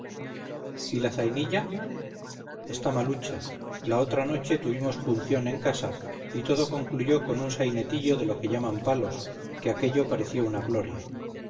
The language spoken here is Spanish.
y la zainilla está malucha la otra noche tuvimos junción en casa y todo concluyó con un sainetillo de lo que llaman palos que aquello parecía una gloria